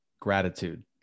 gratitude